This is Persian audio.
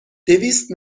دویست